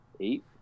eight